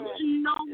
no